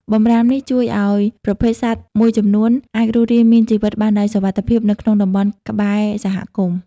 បម្រាមនេះជួយឱ្យប្រភេទសត្វមួយចំនួនអាចរស់រានមានជីវិតបានដោយសុវត្ថិភាពនៅក្នុងតំបន់ក្បែរសហគមន៍។